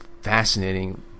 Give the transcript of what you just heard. fascinating